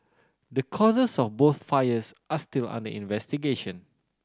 the causes of both fires are still under investigation